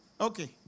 Okay